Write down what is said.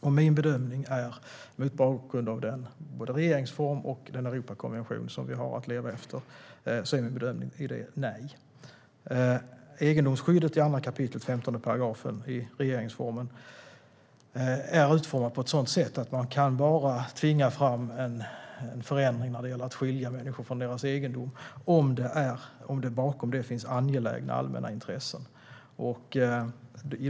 Mot bakgrunden av regeringsformen och Europakonventionen som vi har att leva efter är min bedömning nej. Egendomsskyddet i 2 kap. 15 § regeringsformen är utformat på ett sådant sätt att man bara kan tvinga fram en förändring när det gäller att skilja människor från deras egendom om det bakom detta finns angelägna allmänna intressen.